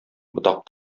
ботак